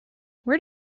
where